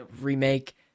remake